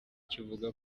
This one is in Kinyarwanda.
kivuga